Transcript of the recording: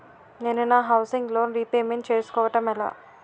నేను నా housing loan repayment చేసుకోవటం ఎలా?